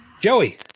Joey